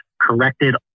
corrected